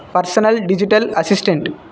personal digital assistant